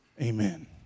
amen